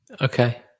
Okay